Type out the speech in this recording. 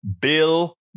Bill